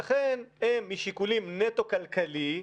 ולכן הם משיקולים נטו כלכליים,